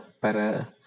para